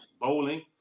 bowling